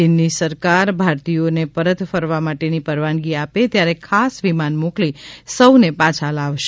ચીન ની સરકાર ભા રતીયોને પરત ફરવા માટે ની પરવાનગી આપે ત્યારે ખાસ વિમાન મોકલી સૌ ને પાછા લાવશે